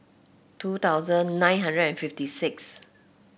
two thousand nine hundred and fifty six